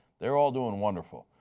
they are all doing wonderful.